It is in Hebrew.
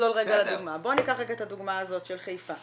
של חיפה.